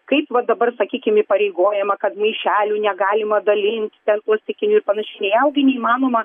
kaip va dabar sakykim įpareigojama kad maišelių negalima dalinti ten plastikinių ir panašiai nejaugi įmanoma